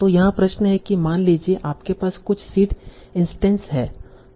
तों यहाँ प्रश्न हैं की मान लीजिए आपके पास कुछ सीड इंस्टैंस हैं